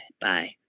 Bye